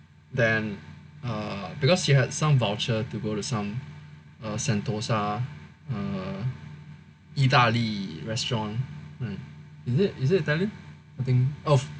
then uh because she had some voucher to go to some uh Sentosa some 意大利 restaurant hmm is it is it Italian I think of uh